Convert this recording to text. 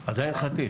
חתיך.